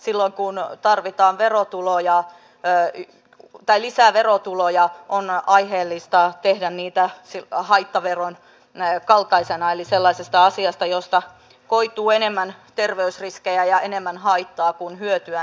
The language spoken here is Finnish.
silloin kun tarvitaan lisää verotuloja on aiheellista ottaa niitä haittaveron kaltaisina eli leikata sellaisesta asiasta josta koituu enemmän terveysriskejä ja enemmän haittaa kuin hyötyä